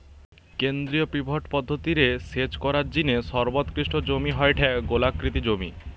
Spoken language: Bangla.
কেন্দ্রীয় পিভট পদ্ধতি রে সেচ করার জিনে সর্বোৎকৃষ্ট জমি হয়ঠে গোলাকৃতি জমি